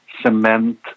cement